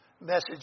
Message